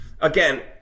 again